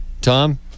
Tom